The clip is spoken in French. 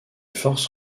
forces